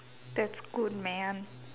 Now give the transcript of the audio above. that's good man